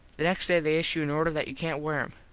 the next day they issue an order that you cant wear em.